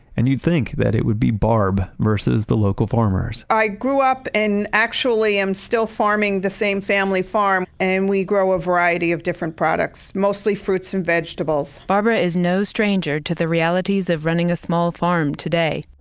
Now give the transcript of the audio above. and you'd think that it would be barb versus the local farmers i grew up and actually, am still farming the same family farm. and we grow a variety of different products, mostly fruits and vegetables barbara is no stranger to the realities of running a small farm today.